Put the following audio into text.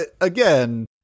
again